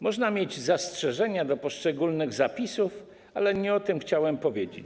Można mieć zastrzeżenia do poszczególnych zapisów, ale nie o tym chciałem powiedzieć.